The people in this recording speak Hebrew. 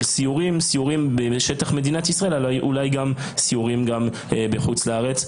סיורים בשטח מדינת ישראל ואולי גם סיורים בחוץ לארץ.